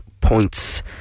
points